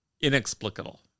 Inexplicable